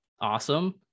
awesome